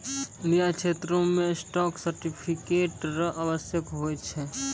न्याय क्षेत्रो मे स्टॉक सर्टिफिकेट र आवश्यकता होय छै